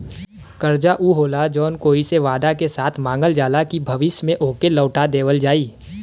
कर्जा ऊ होला जौन कोई से वादा के साथ मांगल जाला कि भविष्य में ओके लौटा देवल जाई